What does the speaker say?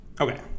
okay